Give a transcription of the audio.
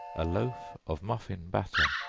a loaf of muffin batter.